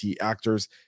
actors